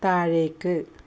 താഴേക്ക്